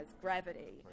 gravity